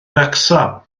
wrecsam